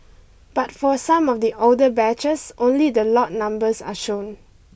but for some of the older batches only the lot numbers are shown